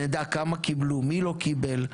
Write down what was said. נדע כמה קיבלו, מי לא קיבל?